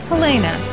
Helena